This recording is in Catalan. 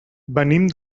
venim